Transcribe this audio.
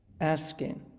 asking